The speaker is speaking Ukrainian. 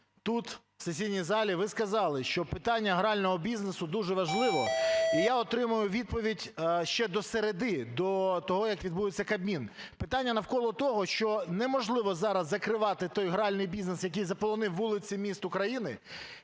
тут в сесійній залі, ви сказали, що питання грального бізнесу дуже важливе і я отримаю відповідь ще до середи, до того як відбудеться Кабмін. Питання навколо того, що неможливо зараз закривати той гральний бізнес, який заполонив вулиці міст України.